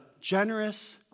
generous